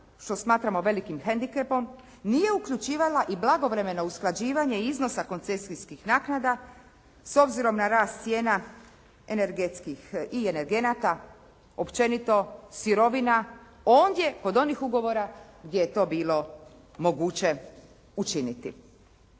što smatramo velikim hendikepom, nije uključivala i blagovremeno usklađivanje iznosa koncesijskih naknada s obzirom na rast cijena energetskih i energenata, općenito sirovina, ondje kod onih ugovora gdje je to bilo moguće učiniti.